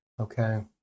okay